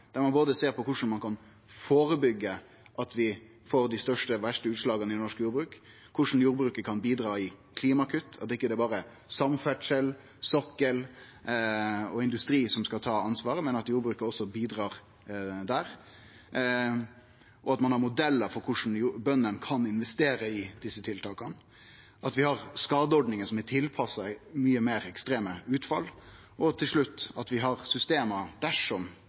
på både korleis ein kan førebyggje at vi får dei største og verste utslaga i norsk jordbruk, korleis jordbruket kan bidra til klimakutt, at det ikkje er berre samferdsel, sokkel og industri som skal ta ansvar, men at òg jordbruket bidrar til dette, og at ein har modellar for korleis bøndene kan investere i desse tiltaka, at vi har skadeordningar som er tilpassa mykje meir ekstreme utfall, og til slutt at vi har system som overvaker dersom